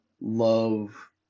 love